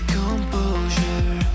composure